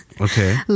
Okay